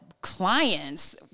clients